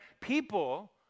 People